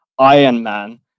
Ironman